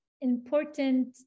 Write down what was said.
important